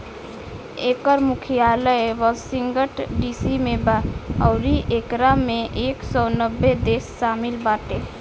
एकर मुख्यालय Washington DC में बा अउरी एकरा में एक सौ नब्बे देश शामिल बाटे